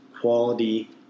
quality